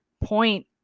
point